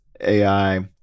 AI